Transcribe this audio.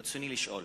רצוני לשאול: